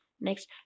next